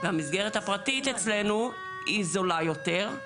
והמסגרת הפרטית אצלנו היא זולה יותר,